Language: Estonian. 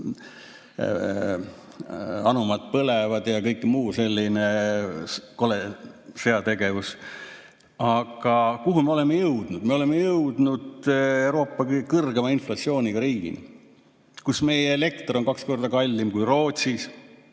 naftaanumad põlevad ja on kõik muu selline kole sõjategevus. Aga kuhu me oleme jõudnud? Me oleme jõudnud Euroopa kõige kõrgema inflatsiooniga riiki, meie elekter on kaks korda kallim kui Rootsis,